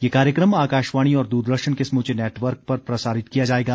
यह कार्यक्रम आकाशवाणी और दूरदर्शन के समूचे नेटवर्क पर प्रसारित किया जाएगा